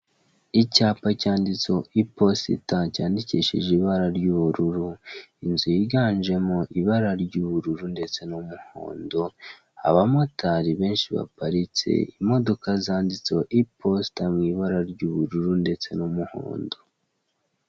Icyapa cyanditseho iposita cyandikishije ibara ry'ubururu, inzu yiganjemo ibara ry'ubururu ndetse n'umuhondo, abamotari benshi baparitse, imodoka zanditseho iposita mu ibara ry'ubururu ndetse n'umuhondo.